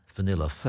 Vanilla